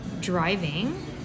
driving